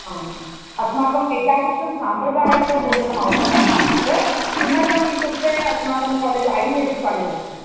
हा अस्माकम् एतादृशं साम्प्रदायिकभोजनम् आवश्यकमासीत् किमर्थम् इत्युक्ते अस्माकं कालेज् आयुर्वेदिक् कालेज् अस्ति